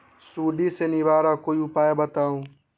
सुडी से निवारक कोई उपाय बताऊँ?